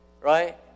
right